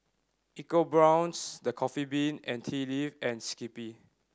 EcoBrown's The Coffee Bean and Tea Leaf and Skippy